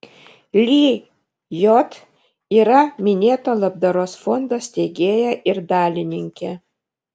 lijot yra minėto labdaros fondo steigėja ir dalininkė